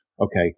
okay